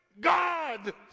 God